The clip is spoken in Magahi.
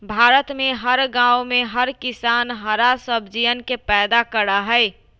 भारत में हर गांव में हर किसान हरा सब्जियन के पैदा करा हई